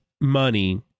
money